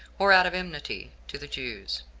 or out of enmity to the jews.